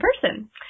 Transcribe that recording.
person